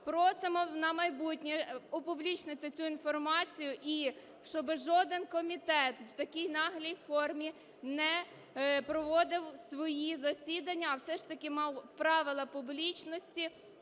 Просимо на майбутнє опублічнити цю інформацію і щоби жоден комітет в такій наглій формі не проводив свої засідання, а все ж таки мав правила публічності